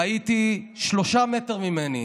ראיתי שלושה מטר ממני,